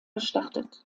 gestartet